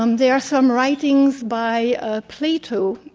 um there are some writings by ah plato